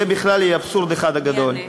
זה בכלל יהיה אבסורד אחד גדול.